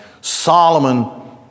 Solomon